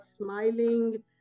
smiling